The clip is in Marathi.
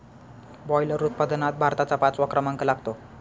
बॉयलर उत्पादनात भारताचा पाचवा क्रमांक लागतो